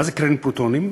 מה זה קרן פרוטונים?